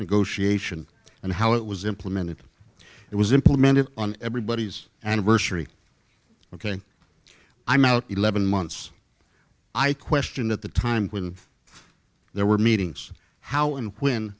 negotiation and how it was implemented it was implemented on everybody's anniversary ok i'm out eleven months i question at the time when there were meetings how and when